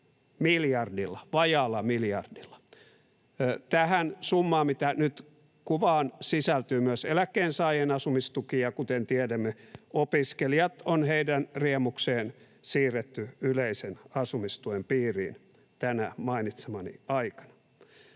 miljardilla, vajaalla miljardilla. Tähän summaan, mitä nyt kuvaan, sisältyy myös eläkkeensaajien asumistuki, ja kuten tiedämme, opiskelijat on heidän riemukseen siirretty yleisen asumistuen piiriin tänä mainitsemanani aikana.